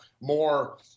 more